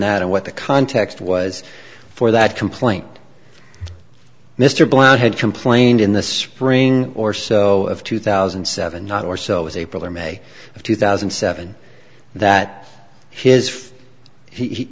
that and what the context was for that complaint mr blount had complained in the spring or so of two thousand and seven not or so it was april or may of two thousand and seven that his he h